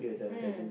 mm